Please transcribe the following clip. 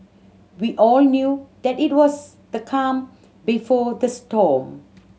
we all knew that it was the calm before the storm